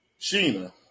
Sheena